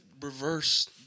reverse